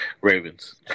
Ravens